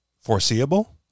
foreseeable